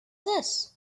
this